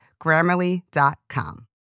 Grammarly.com